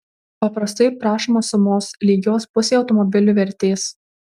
paprastai prašoma sumos lygios pusei automobilio vertės